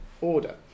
order